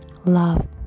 love